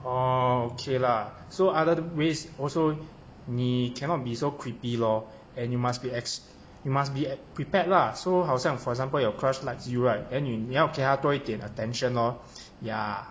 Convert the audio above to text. orh okay lah so other ways also 你 cannot be so creepy lor and you must be ex~ you must ex~ be prepared lah so 好像 for example your crush likes you right then then 你要给她多一点 attention lor ya